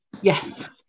yes